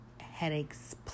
headaches